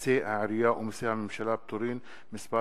פקודת מסי העירייה ומסי הממשלה (פטורין) (מס'